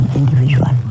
individual